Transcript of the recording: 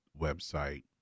website